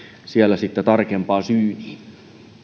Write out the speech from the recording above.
siellä sitten tarkempaan syyniin